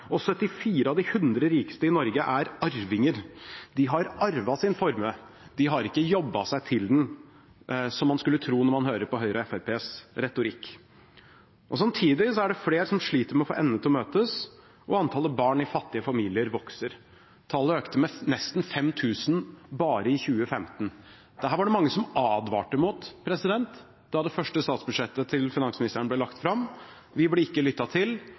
og 74 av de 100 rikeste i Norge er arvinger. De har arvet sin formue, de har ikke jobbet seg til den, som man skulle tro når man hører på Høyres og Fremskrittspartiets retorikk. Samtidig er det flere som sliter med å få endene til å møtes, og antallet barn i fattige familier vokser. Tallet økte med nesten 5 000 bare i 2015. Dette var det mange som advarte mot da det første statsbudsjettet til finansministeren ble lagt fram. Vi ble ikke lyttet til,